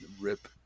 Rip